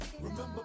Remember